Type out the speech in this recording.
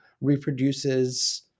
reproduces